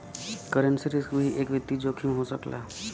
currency risk भी एक वित्तीय जोखिम हो सकला